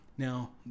Now